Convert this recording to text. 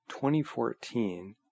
2014